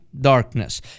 darkness